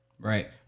Right